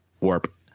warp